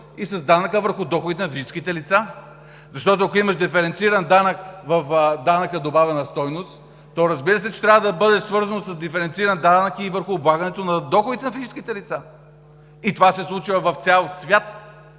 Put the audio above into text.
и с данъка върху доходите на физическите лица. Защото, ако имаш диференциран данък в данък добавена стойност, то, разбира се, че трябва да бъде свързано с диференциран данък и върху облагането на доходите на физическите лица. И това се случва в цял свят.